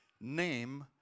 name